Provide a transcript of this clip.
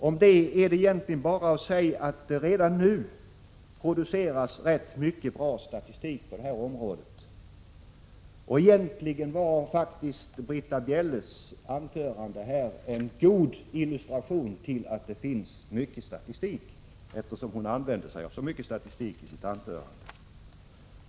Om detta är egentligen bara att säga att det redan nu produceras rätt mycket bra statistik på detta område. Britta Bjelles anförande var faktiskt en god illustration till att det finns mycken statistik — hon använde sig ju av mycken sådan.